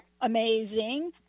amazing